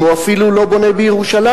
אם הוא אפילו לא בונה בירושלים.